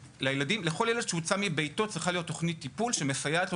לכל ילד שהוצא מביתו צריכה להיות תוכנית טיפול שמסייעת לו